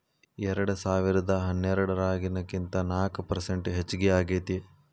ಎರೆಡಸಾವಿರದಾ ಹನ್ನೆರಡರಾಗಿನಕಿಂತ ನಾಕ ಪರಸೆಂಟ್ ಹೆಚಗಿ ಆಗೇತಿ